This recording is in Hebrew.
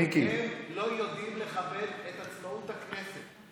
מיקי, הם לא יודעים לכבד את עצמאות הכנסת.